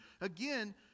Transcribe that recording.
Again